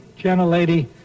gentlelady